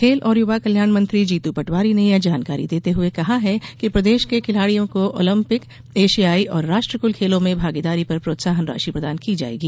खेल और युवा कल्याण मंत्री जीतू पटवारी ने यह जानकारी देते हुए कहा है कि प्रदेश के खिलाड़ियों को ओलंपिक एशियाई और राष्ट्रकुल खेलों में भागीदारी पर प्रोत्साहन राशि प्रदान की जायेगी